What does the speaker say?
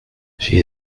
she